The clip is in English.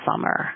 Summer